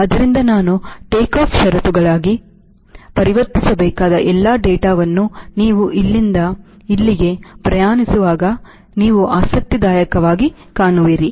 ಆದ್ದರಿಂದ ನಾನು take off ಷರತ್ತುಗಳಾಗಿ ಪರಿವರ್ತಿಸಬೇಕಾದ ಎಲ್ಲಾ ಡೇಟಾವನ್ನು ನೀವು ಇಲ್ಲಿಂದ ಇಲ್ಲಿಗೆ ಪ್ರಯಾಣಿಸುವಾಗ ನೀವು ಆಸಕ್ತಿದಾಯಕವಾಗಿ ಕಾಣುವಿರಿ